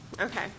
Okay